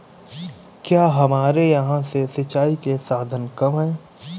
क्या हमारे यहाँ से सिंचाई के साधन कम है?